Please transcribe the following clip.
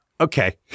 okay